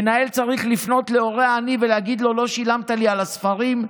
מנהל צריך לפנות להורה עני ולהגיד לו: לא שילמת לי על הספרים?